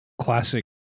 classic